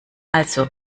also